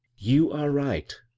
you are right,